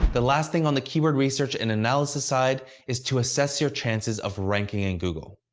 the last thing on the keyword research and analysis side is to assess your chances of ranking in google.